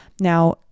Now